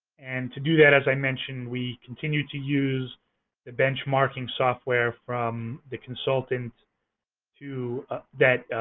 and to do that, as i mentioned, we continue to use the benchmarking software from the consultant to that